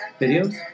Videos